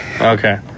Okay